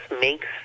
makes